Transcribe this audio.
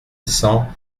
cent